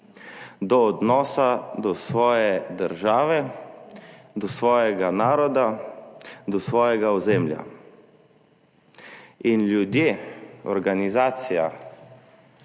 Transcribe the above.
do odnosa do svoje države, do svojega naroda, do svojega ozemlja. Ljudje, organizacija,